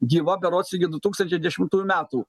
gyva berods iki du tūkstančiai dešimtųjų metų